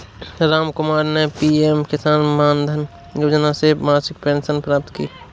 रामकुमार ने पी.एम किसान मानधन योजना से मासिक पेंशन प्राप्त की